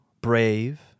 brave